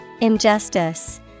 Injustice